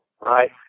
right